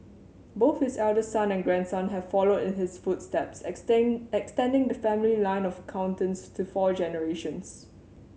both his eldest son and grandson have followed in his footsteps extend extending the family line of accountants to four generations